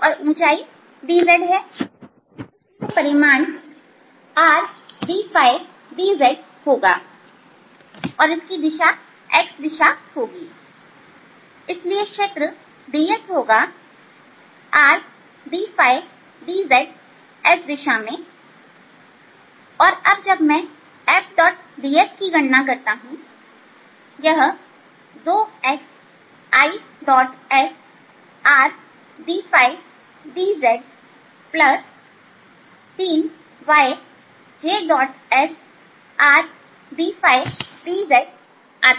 और ऊंचाई dz है इसलिए परिमाण Rddz होगा और इसकी दिशा x दिशा होगी इसलिए क्षेत्र ds होगा Rddz s दिशा में और अब जब मैं Fds की गणना करता हूं यह 2xi s Rddz3yj s Rddz आता है